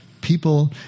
people